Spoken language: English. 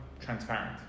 transparent